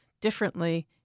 differently